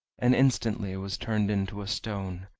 and instantly it was turned into a stone.